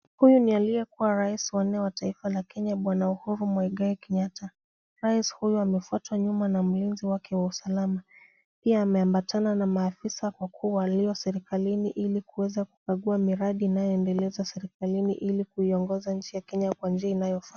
Huyu ni aliye kuwa rais wa nne wa taifa la Kenya Bwana Uhuru Muigai Kenyatta. Rais huyu amefwata nyuma na mlinzi wake wa usalama, pia ameambatana na maafisa wakuu walio serikalini ili kuweza kukagua miradi inayoendeleza serikalini ili kuiongoza nchi ya Kenya kwa njia inayofaa.